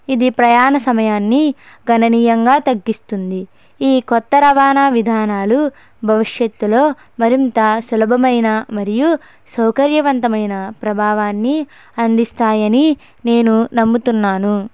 ఇది ప్రయాణ సమయాన్ని గణనీయంగా తగ్గిస్తుంది ఈ కొత్త రవాణా విధానాలు భవిష్యత్తులో మరింత సులభమైన మరియు సౌకర్యవంతమైన ప్రభావాన్ని అందిస్తాయని నేను నమ్ముతున్నాను